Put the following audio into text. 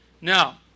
Now